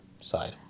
side